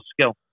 skill